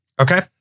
Okay